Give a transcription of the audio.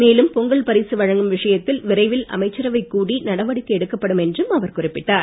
மேலும் பொங்கல் பரிசு வழங்கும் விஷயத்தில் விரைவில் அமைச்சரவை கூடி நடவடிக்கை எடுக்கப்படும் என்றும் அவர் குறிப்பிட்டார்